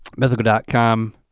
mythical ah com,